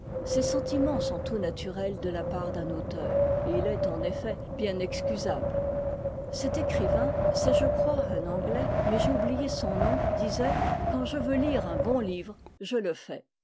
ces sentiments sont tout naturels de la part d'un auteur et il est en effet bien excusable cet écrivain c'est je crois un anglais mais j'ai oublié son nom disait quand je veux lire un bon livre je le fais